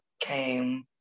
came